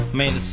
made